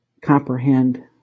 comprehend